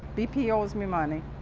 bp owes me money,